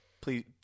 please